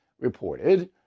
reported